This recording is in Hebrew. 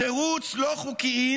התירוץ "לא חוקיים"